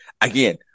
again